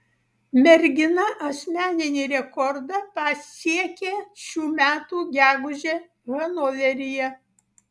mergina asmeninį rekordą pasiekė šių metų gegužę hanoveryje